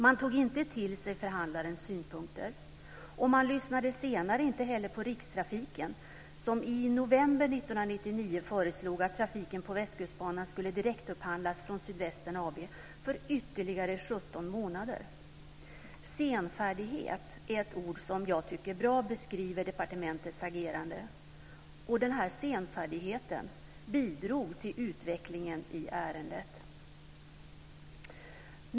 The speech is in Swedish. Man tog inte till sig förhandlarens synpunkter och man lyssnade senare inte heller på Rikstrafiken, som i november 1999 föreslog att trafiken på Västkustbanan skulle direktupphandlas från Sydvästen AB för ytterligare 17 månader. Senfärdighet är ett ord som jag tycker bra beskriver departementets agerande. Denna senfärdighet bidrog till utvecklingen i ärendet.